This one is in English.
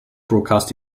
broadcast